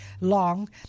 Long